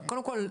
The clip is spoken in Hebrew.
קודם כול,